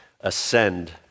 ascend